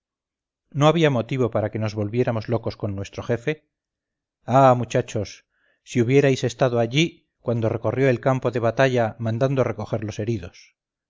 no había motivo para que nos volviéramos locos con nuestro jefe ah muchachos si hubierais estado allí cuando recorrió el campo de batalla mandando recoger los heridos